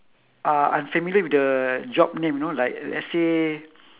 are unfamiliar with the job name you know like let's say